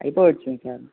అయిపోవచ్చింది sir